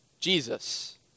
Jesus